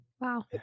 Wow